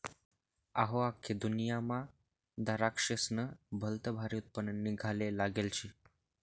अहो, आख्खी जगदुन्यामा दराक्शेस्नं भलतं भारी उत्पन्न निंघाले लागेल शे